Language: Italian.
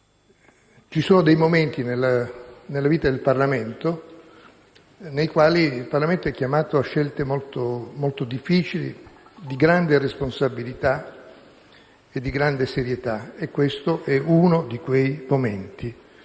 ci sono dei momenti nella vita del Parlamento nei quali il Parlamento stesso è chiamato a scelte molto difficili, di grande responsabilità e di grande serietà; questo è uno di quei momenti.